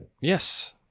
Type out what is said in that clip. Yes